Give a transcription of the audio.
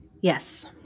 Yes